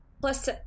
Plus